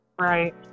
right